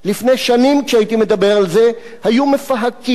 לפני שנים כשהייתי מדבר על זה היו מפהקים